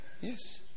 Yes